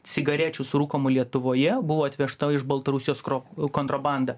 cigarečių surūkomų lietuvoje buvo atvežta iš baltarusijos kro kontrabanda